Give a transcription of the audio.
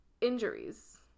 injuries